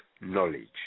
knowledge